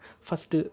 first